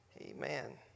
Amen